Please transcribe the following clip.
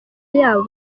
yabo